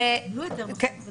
הם קיבלו היתר בחוק.